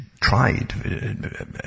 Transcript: tried